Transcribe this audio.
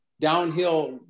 downhill